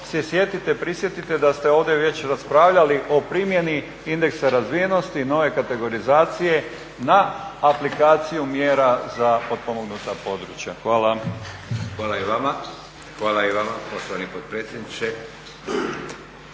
se sjetite, prisjetite da ste ovdje već raspravljali o primjeni indeksa razvijenosti, nove kategorizacije na aplikaciju mjera za potpomognuta područja. Hvala. **Leko, Josip (SDP)** Hvala i vama poštovani potpredsjedniče.